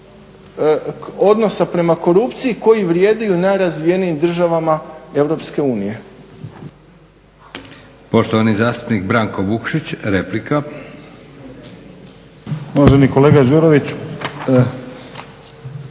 odnosa prema korupciji koji vrijede i u najrazvijenim državama EU.